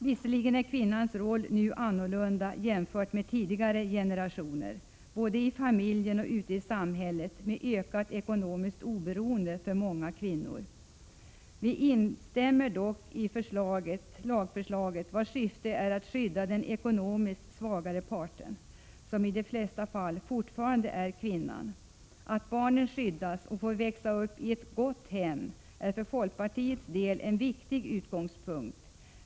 Visserligen är kvinnans roll nu annorlunda jämförd med tidigare generationers — både i familjen och ute i samhället -, med ökat ekonomiskt oberoende för många kvinnor. Vi instämmer dock i lagförslaget vars syfte är att skydda den ekonomiskt svagare parten, som i de flesta fall fortfarande är kvinnan. Att barnen skyddas och får växa upp i ett gott hem är för folkpartiets del en viktig utgångspunkt.